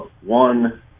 one